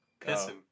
pissing